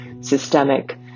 systemic